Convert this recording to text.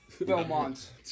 Belmont